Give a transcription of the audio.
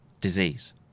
disease